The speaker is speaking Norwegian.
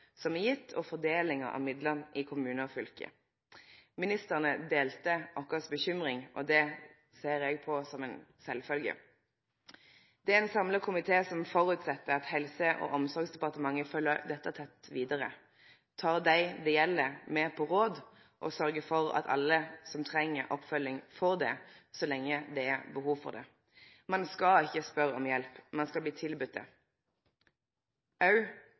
som er gjeven og fordelinga av midlane i kommunar og fylke. Ministrane delte vår uro, og det ser eg på som ei sjølvfølgje. Det er ein samla komité som går ut frå at Helse- og omsorgsdepartementet fylgjer dette tett vidare, tek dei det gjeld med på råd, og sørgjer for at alle som treng oppfølging, får det så lenge det er behov for det. Ein skal ikkje spørje om hjelp, ein skal bli